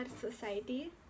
society